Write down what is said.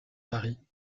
paris